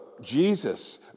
Jesus